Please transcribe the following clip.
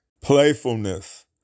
Playfulness